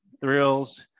thrills